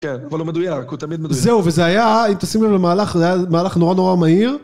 כן, אבל הוא מדוייק, הוא תמיד מדוייק. זהו, וזה היה, אם תשימו לב למהלך, זה היה מהלך נורא נורא מהיר.